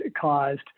caused